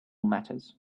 matters